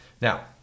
Now